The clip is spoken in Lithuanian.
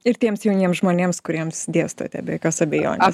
ir tiems jauniems žmonėms kuriems dėstote be jokios abejonės